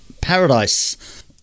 Paradise